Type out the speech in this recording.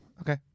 Okay